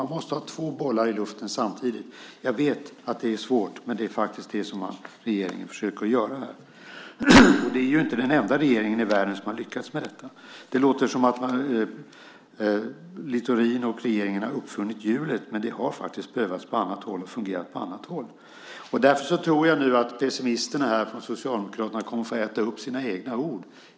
Man måste ha två bollar i luften samtidigt. Jag vet att det är svårt, men det är faktiskt det som regeringen försöker göra. Det är inte den enda regeringen i världen som lyckats med det. Det låter som om Littorin och regeringen skulle ha uppfunnit hjulet, men detta har faktiskt prövats på annat håll och det har fungerat. Därför tror jag att pessimisterna bland Socialdemokraterna kommer att få äta upp sina egna ord.